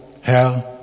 Herr